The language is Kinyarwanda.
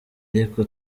ariko